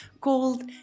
called